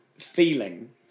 feeling